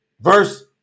Verse